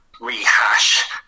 rehash